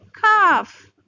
calf